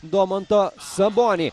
domantą sabonį